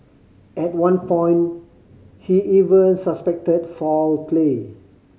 at one point he even suspected foul play